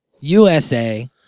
USA